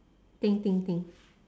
think think think